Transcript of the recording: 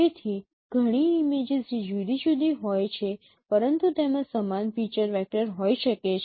તેથી ઘણી ઇમેજીસ જે જુદી જુદી હોય છે પરંતુ તેમાં સમાન ફીચર વેક્ટર હોઈ શકે છે